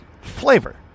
flavor